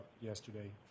yesterday